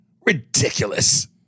Ridiculous